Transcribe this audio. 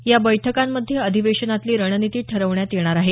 या बैठकांमध्ये अधिवेशनातली रणनीती ठरवण्यात येणार आहे